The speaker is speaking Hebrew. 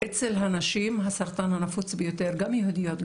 אצל הנשים הסרטן הנפוץ ביותר גם יהודיות,